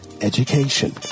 education